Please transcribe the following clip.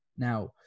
Now